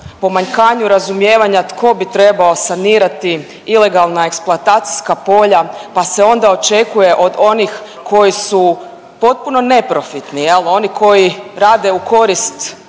pomanjkanju razumijevanja tko bi trebao sanirati ilegalna eksploatacijska polja pa se onda očekuje od onih koji su potpun neprofitni jel oni koji rade u korist